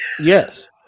yes